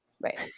Right